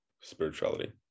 spirituality